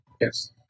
Yes